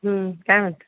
हं काय म्हणते आहेस